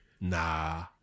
Nah